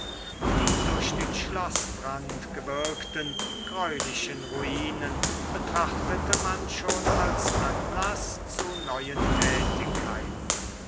die durch den schloßbrand gewirkten greulichen ruinen betrachtete man schon als anlaß zu neuen tätigkeiten